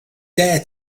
dare